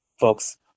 folks